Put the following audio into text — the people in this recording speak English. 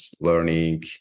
learning